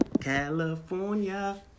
California